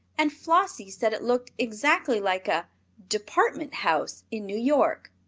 and flossie said it looked exactly like a department house in new york.